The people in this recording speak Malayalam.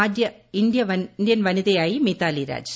ആദ്യ ഇന്ത്യൻ വനിതയായി മിതാലി രാജ്